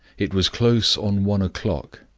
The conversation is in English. it was close on one o'clock,